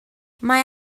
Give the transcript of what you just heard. mae